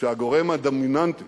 שהגורם הדומיננטי